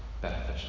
beneficial